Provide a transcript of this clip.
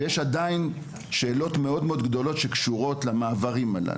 ויש עדיין שאלות מאוד גדולות שקשורות למעברים הללו.